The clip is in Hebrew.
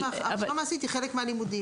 ההכשרה המעשית היא חלק מהלימודים.